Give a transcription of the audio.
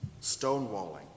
Stonewalling